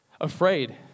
Afraid